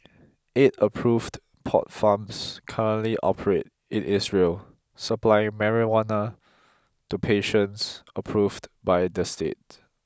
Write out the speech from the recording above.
eight approved pot farms currently operate in Israel supplying marijuana to patients approved by the state